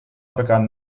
begann